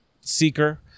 seeker